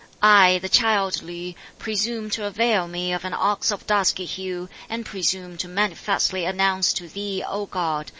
i, the child li, presume to avail me of an ox of dusky hue, and presume to manifestly announce to thee, o god,